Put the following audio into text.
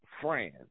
France